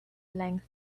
length